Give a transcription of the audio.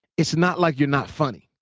it's not like you're not funny.